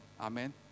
Amen